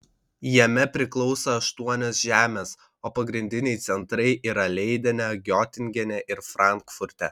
jame priklauso aštuonios žemės o pagrindiniai centrai yra leidene giotingene ir frankfurte